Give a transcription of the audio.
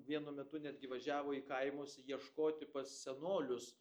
vienu metu netgi važiavo į kaimus ieškoti pas senolius